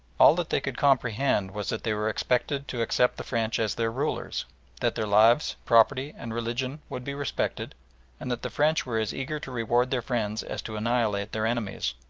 all that they could comprehend was that they were expected to accept the french as their rulers that their lives, property, and religion would be respected and that the french were as eager to reward their friends as to annihilate their enemies.